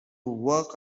work